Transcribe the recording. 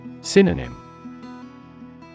Synonym